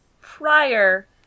prior